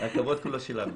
הכבוד כולנו שלנו.